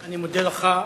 אני מודה לך.